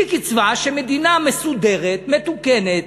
היא קצבה שמדינה מסודרת, מתוקנת,